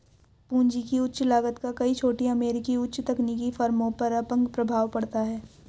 पूंजी की उच्च लागत का कई छोटी अमेरिकी उच्च तकनीकी फर्मों पर अपंग प्रभाव पड़ता है